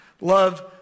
Love